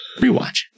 Rewatch